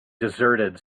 deserted